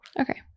Okay